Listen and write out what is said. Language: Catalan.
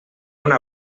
una